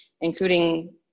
including